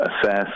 assess